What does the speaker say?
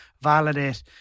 validate